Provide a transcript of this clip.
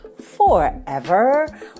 forever